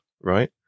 right